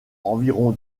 environ